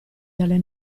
dalle